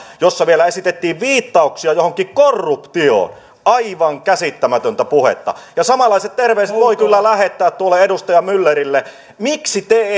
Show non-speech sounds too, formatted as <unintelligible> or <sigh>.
ja siinä vielä esitettiin viittauksia johonkin korruptioon aivan käsittämätöntä puhetta ja samanlaiset terveiset voi kyllä lähettää tuolle edustaja myllerille miksi te <unintelligible>